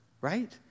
right